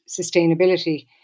sustainability